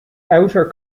outer